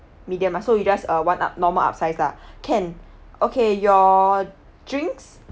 medium ah so you just uh want up normal upsize lah can okay your drinks